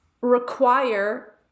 require